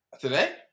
today